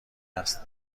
است